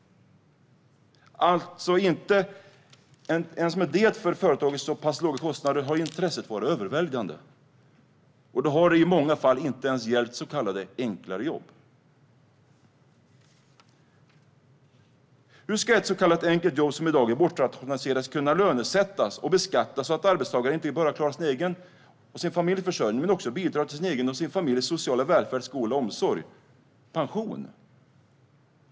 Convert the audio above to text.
Inte ens med för företagen så pass låga kostnader har intresset alltså varit överväldigande. Och då har det i många fall inte ens gällt så kallade enklare jobb. Hur ska ett så kallat enkelt jobb som i dag är bortrationaliserat kunna lönesättas och beskattas, så att arbetstagaren inte bara klarar sin egen och sin familjs försörjning utan också bidrar till sin egen och sin familjs sociala välfärd, skola, omsorg och pension?